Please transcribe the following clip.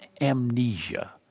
amnesia